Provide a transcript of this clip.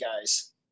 guys